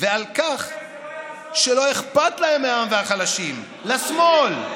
ועל כך שלא אכפת להם מהעם והחלשים, לשמאל,